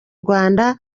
rwanda